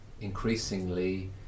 increasingly